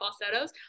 falsettos